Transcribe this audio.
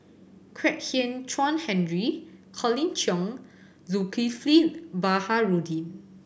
Kwek Hian Chuan Henry Colin Cheong Zulkifli Baharudin